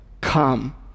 come